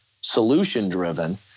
solution-driven